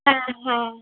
হ্যাঁ হ্যাঁ